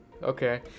Okay